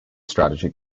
strategy